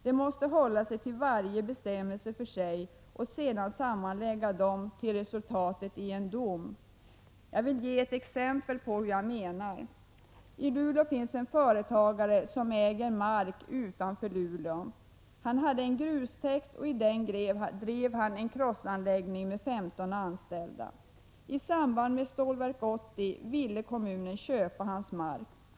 De måste hålla sig till varje bestämmelse för sig och sedan sammanlägga dessa till ett resultat i en dom. Jag skall ge ett exempel på hur jag menar. I Luleå finns en företagare som ägde mark utanför Luleå. Han hade en grustäkt, och i den drev han en krossanläggning med 15 anställda. I samband med Stålverk 80 ville kommunen köpa hans mark.